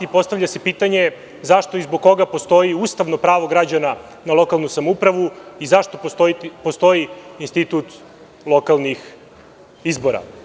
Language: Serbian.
Postavlja se pitanje, zašto i zbog koga postoji ustavno pravo građana na lokalnu samoupravu i zašto postoji institut lokalnih izbora?